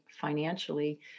financially